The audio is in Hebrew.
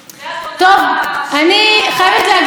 אז בדקתי פשוט ציטוטים,